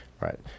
right